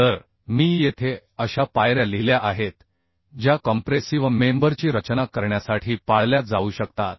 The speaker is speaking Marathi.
तर मी येथे अशा पायऱ्या लिहिल्या आहेत ज्या कॉम्प्रेसिव्ह मेंबरची रचना करण्यासाठी पाळल्या जाऊ शकतात